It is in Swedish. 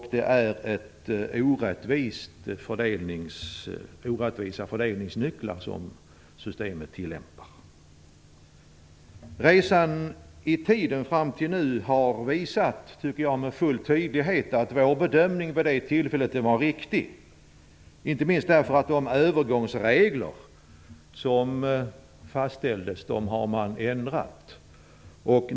Det är orättvisa fördelningsnycklar som systemet tillämpar. Resan i tiden fram till nu har visat med full tydlighet, tycker jag, att vår bedömning vid det tillfället var riktig, inte minst därför att de övergångsregler som fastställdes har ändrats.